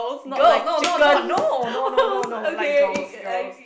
girl no no not no no no like girls girls